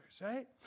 right